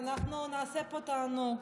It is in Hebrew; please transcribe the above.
אה, בכיף, אנחנו נעשה פה תענוג.